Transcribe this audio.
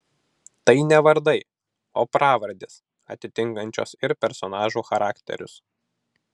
tai ne vardai o pravardės atitinkančios ir personažų charakterius